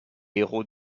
héros